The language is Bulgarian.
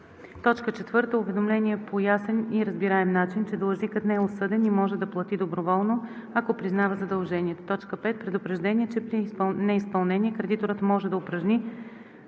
си; 4. уведомление по ясен и разбираем начин, че длъжникът не е осъден и може да плати доброволно, ако признава задължението; 5. предупреждение, че при неизпълнение кредиторът може да упражни